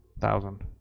Thousand